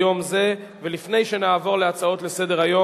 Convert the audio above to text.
להתעלות היום,